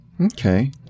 Okay